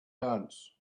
dance